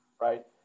Right